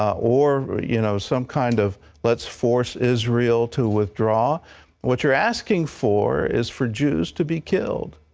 um or you know some kind of let's force israel to withdraw what you're asking for is for jews to be killed.